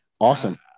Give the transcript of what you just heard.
Awesome